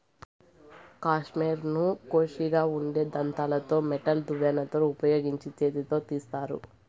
కష్మెరెను కోషిగా ఉండే దంతాలతో మెటల్ దువ్వెనను ఉపయోగించి చేతితో తీస్తారు